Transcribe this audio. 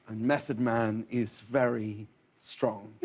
and methodman is very strong